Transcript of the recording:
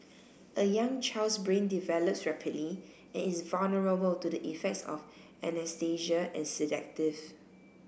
a young child's brain develops rapidly and is vulnerable to the effects of anaesthesia sedative